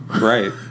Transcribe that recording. Right